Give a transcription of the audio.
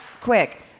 quick